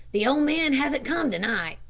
the old man hasn't come to-night.